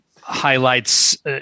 Highlights